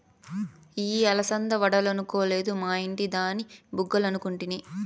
ఇయ్యి అలసంద వడలనుకొలేదు, మా ఇంటి దాని బుగ్గలనుకుంటిని